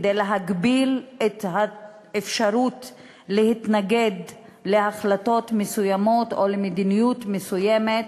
כדי להגביל את האפשרות להתנגד להחלטות מסוימות או למדיניות מסוימת,